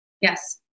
Yes